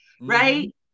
right